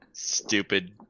Stupid